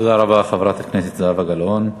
תודה רבה, חברת הכנסת זהבה גלאון.